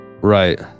right